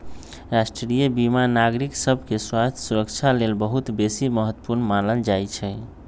राष्ट्रीय बीमा नागरिक सभके स्वास्थ्य सुरक्षा लेल बहुत बेशी महत्वपूर्ण मानल जाइ छइ